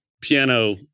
piano